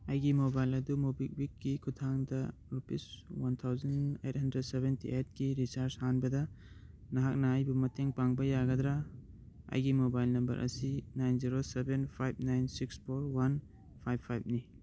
ꯑꯩꯒꯤ ꯃꯣꯕꯥꯏꯜ ꯑꯗꯨ ꯃꯣꯕꯤꯛꯋꯤꯛꯀꯤ ꯈꯨꯠꯊꯥꯡꯗ rupees one thousand eight hundred seventy ꯑꯩꯠꯀꯤ ꯔꯤꯆꯥꯔꯖ ꯍꯥꯟꯕꯗ ꯅꯍꯥꯛꯅ ꯑꯩꯕꯨ ꯃꯇꯦꯡ ꯄꯥꯡꯕ ꯌꯥꯒꯗ꯭ꯔꯥ ꯑꯩꯒꯤ ꯃꯣꯕꯥꯏꯜ ꯅꯝꯕꯔ ꯑꯁꯤ nine zero seven five nine six four one five ꯐꯥꯏꯚꯅꯤ